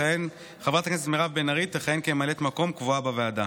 חברת הכנסת מירב בן ארי תכהן כממלאת מקום קבועה בוועדה.